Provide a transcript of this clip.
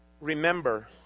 Remember